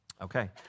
Okay